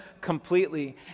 completely